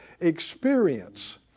experience